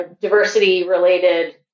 diversity-related